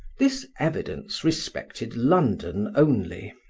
this evidence respected london only.